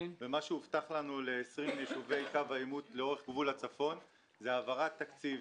הובטח לנו ל-20 יישובי קו העימות לאורך גבול הצפון העברת תקציב,